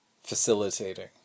facilitating